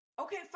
Okay